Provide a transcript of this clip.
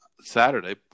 Saturday